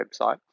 website